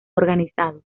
organizado